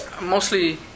Mostly